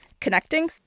connecting